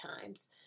times